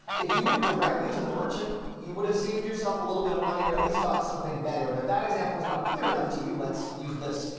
if you went directly to the merchant, you would have saved yourself a little bit of money or at least got something better and if that examples not clear enough to you, let's use this,